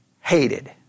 hated